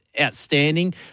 outstanding